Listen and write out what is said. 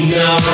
no